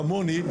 כמוני,